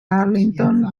arlington